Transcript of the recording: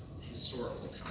historical